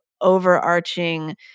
overarching